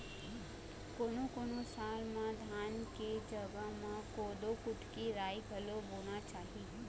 कोनों कोनों साल म धान के जघा म कोदो, कुटकी, राई घलोक बोना चाही